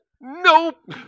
Nope